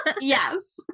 Yes